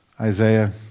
Isaiah